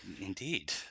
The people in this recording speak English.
Indeed